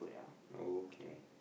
okay